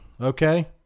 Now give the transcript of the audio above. Okay